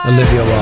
Olivia